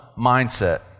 mindset